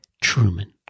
Truman